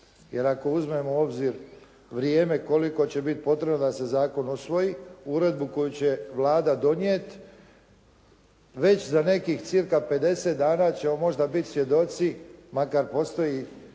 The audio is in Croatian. Jer ako uzmemo u obzir vrijeme koliko će biti potrebno da se zakon usvoji, uredbu koju će Vlada donijet, već za nekih cirka 50 dana ćemo možda biti svjedoci, makar postoji